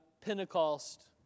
Pentecost